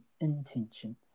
intention